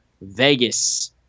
Vegas